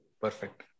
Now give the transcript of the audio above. Perfect